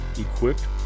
equipped